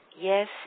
Yes